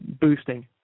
boosting